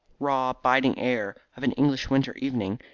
raw, biting air of an english winter evening,